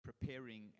preparing